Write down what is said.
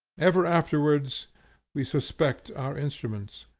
ever afterwards we suspect our instruments.